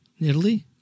Italy